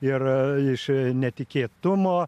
ir iš netikėtumo